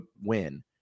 win